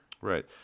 right